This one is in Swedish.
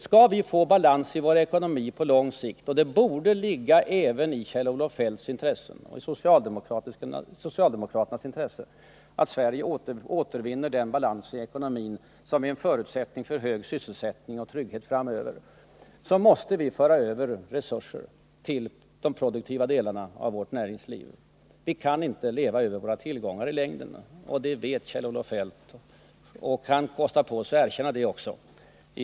Skall vi få balans i vår ekonomi på lång sikt — det borde ligga även i Kjell-Olof Feldts och socialdemokraternas intresse att Sverige återvinner den balans i ekonomin som är en förutsättning för hög sysselsättning och trygghet framöver — måste vi föra över resurser till de produktiva delarna av vårt näringsliv. Vi kan inte leva över våra tillgångar i längden. Det vet Kjell-Olof Feldt, och han borde kunna kosta på sig att erkänna det också.